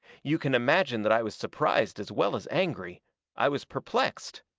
you can imagine that i was surprised as well as angry i was perplexed.